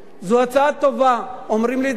זו הצעה טובה, אומרים לי את זה השרים.